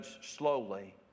slowly